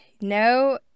no